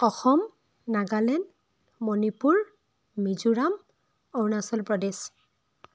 Assam Nagaland Manipur Mizoram Arunachal Pradesh